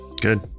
good